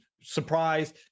surprise